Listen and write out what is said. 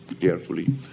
carefully